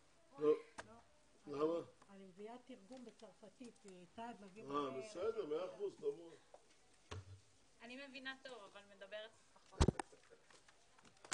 11:50.